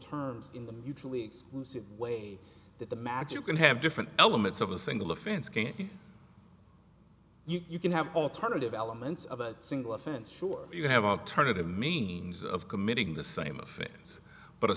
terms in the mutually exclusive way that the magic can have different elements of a single offense can't you you can have alternative elements of a single offense sure you have alternative means of committing the same offense but a